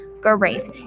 Great